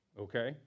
okay